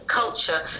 culture